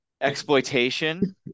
exploitation